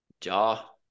Jaw